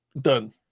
Done